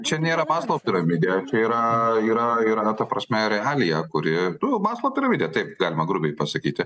čia nėra maslau piramidė čia yra yra yra ta prasme realija kuri nu maslau piramidė taip galima grubiai pasakyti